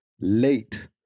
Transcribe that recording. late